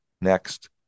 Next